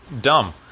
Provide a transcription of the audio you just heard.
dumb